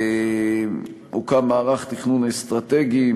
הוקם מערך תכנון אסטרטגי,